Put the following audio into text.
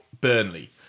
Burnley